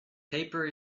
paper